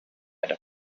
and